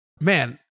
man